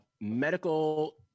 medical